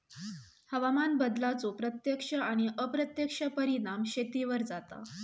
हवामान बदलाचो प्रत्यक्ष आणि अप्रत्यक्ष परिणाम शेतीवर जाता